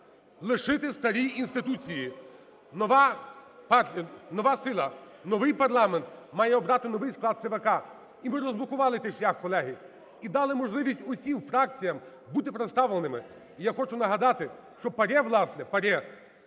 лишити старі інституції. Нова сила, новий парламент має обрати новий склад ЦВК, і ми розблокували цей шлях, колеги, і дали можливість усім фракціям бути представленими. І я хочу нагадати, що ПАРЄ, власне, ПАРЄ,